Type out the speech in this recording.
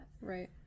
Right